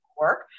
work